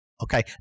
okay